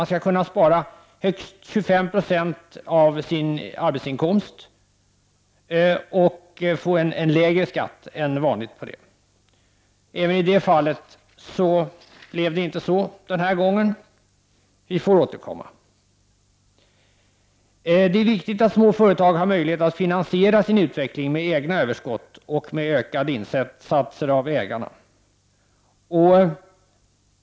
Man skall kunna spara högst 25 26 av sin arbetsinkomst och debiteras en lägre skatt än vanligt på det. I det fallet gick det inte heller bra denna gång. Vi får återkomma. Det är viktigt att små företag har möjligheter att finansiera sin utveckling med egna överskott och med ökade insatser av ägarna.